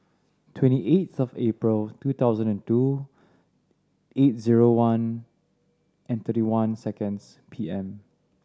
twenty eighth of April two thousand and two eight zero one and thirty one seconds P M